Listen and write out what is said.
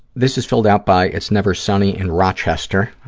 this is filled out by it's never sunny in rochester. ah,